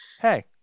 Hey